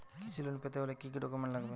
কৃষি লোন পেতে গেলে কি কি ডকুমেন্ট লাগবে?